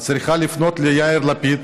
את צריכה לפנות ליאיר לפיד,